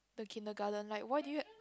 the kindergarten like why did you